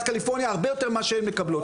קליפורניה הרבה יותר ממה שהן מקבלות.